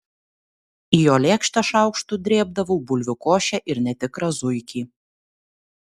į jo lėkštę šaukštu drėbdavau bulvių košę ir netikrą zuikį